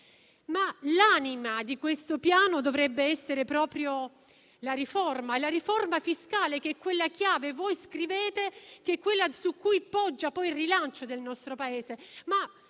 Ma l'anima di questo Piano dovrebbe essere proprio la riforma fiscale, che è quella chiave. Voi scrivete che è quella su cui poggia il rilancio del nostro Paese,